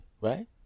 right